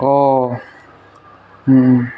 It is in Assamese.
অঁ